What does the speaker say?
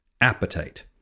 Appetite